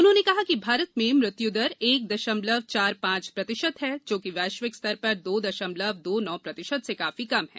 उन्होंने कहा कि भारत में मृत्यु दर एक दशमलव चार पांच प्रतिशत है जोकि वैश्विक स्तर पर दो दशमलव दो नौ प्रतिशत से काफी कम है